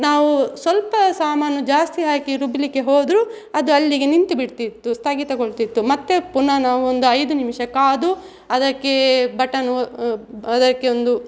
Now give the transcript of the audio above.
ನಾವು ಸ್ವಲ್ಪ ಸಾಮಾನು ಜಾಸ್ತಿ ಹಾಕಿ ರುಬ್ಬಿಲಿಕ್ಕೆ ಹೋದರು ಅದು ಅಲ್ಲಿಗೆ ನಿಂತು ಬಿಡ್ತಿತ್ತು ಸ್ಥಗಿತಗೊಳ್ತಿತ್ತು ಮತ್ತೆ ಪುನಃ ನಾವೊಂದು ಐದು ನಿಮಿಷ ಕಾದು ಅದಕ್ಕೆ ಬಟನು ಅದಕ್ಕೆ ಒಂದು